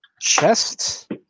chest